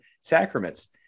sacraments